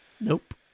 Nope